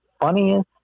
funniest